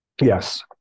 Yes